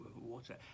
water